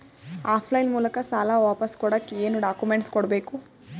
Of line ಮೂಲಕ ಸಾಲ ವಾಪಸ್ ಕೊಡಕ್ ಏನು ಡಾಕ್ಯೂಮೆಂಟ್ಸ್ ಕೊಡಬೇಕು?